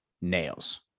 nails